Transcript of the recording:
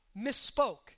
misspoke